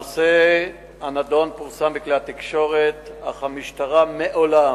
הנושא הנדון פורסם בכלי התקשורת, אך המשטרה מעולם